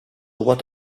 what